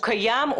הוא קיים,